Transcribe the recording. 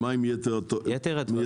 מה עם יתר הטענות?